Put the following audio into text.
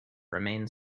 remain